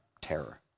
terror